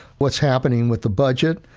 what's happening with the budget,